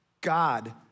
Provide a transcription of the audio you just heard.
God